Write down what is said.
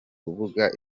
rubuga